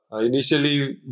initially